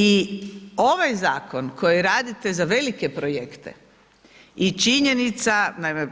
I ovaj zakon koji radite za velike projekte i činjenica, naime